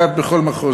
אחת בכל מחוז.